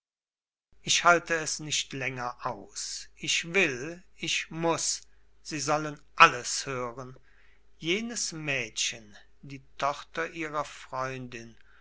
ich halt es nicht länger aus ich will ich muß sie sollen alles hören jenes mädchen die tochter ihrer freundin